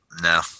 No